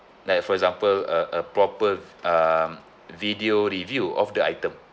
like for example a a proper um video review of the item